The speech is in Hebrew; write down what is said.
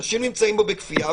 אנשים נמצאים פה בכפייה,